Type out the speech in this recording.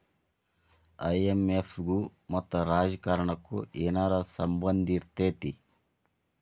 IMF ಗು ಮತ್ತ ರಾಜಕಾರಣಕ್ಕು ಏನರ ಸಂಭಂದಿರ್ತೇತಿ?